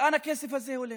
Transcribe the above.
לאן הכסף הזה הולך?